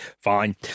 fine